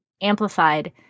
amplified